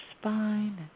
spine